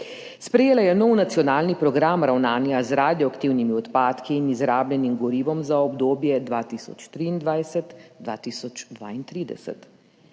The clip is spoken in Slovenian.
Sprejela je nov nacionalni program ravnanja z radioaktivnimi odpadki in izrabljenim gorivom za obdobje 2023–2032,